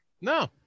No